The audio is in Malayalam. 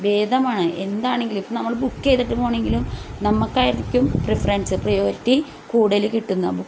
ഭേദമാണ് എന്താണെങ്കിലും ഇപ്പം നമ്മൾ ബുക്ക് ചെയ്തിട്ട് പോവുകയാണെങ്കിലും നമ്മൾക്കായിരിക്കും പ്രിഫറൻസ് പ്രയോരിറ്റി കൂടുതൽ കിട്ടുന്നതും